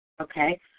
Okay